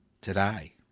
today